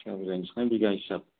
थिखा बुजायगोनसो ना बिगा हिसाब